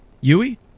Yui